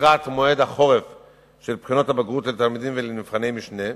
לקראת מועד החורף של בחינות הבגרות לתלמידים ולנבחני משנה.